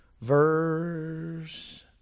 verse